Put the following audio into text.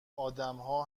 ادمها